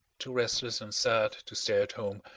too restless and sad to stay at home,